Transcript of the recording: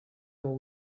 will